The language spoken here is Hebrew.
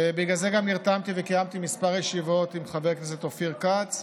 בגלל זה גם נרתמתי וקיימתי כמה ישיבות עם חבר הכנסת אופיר כץ.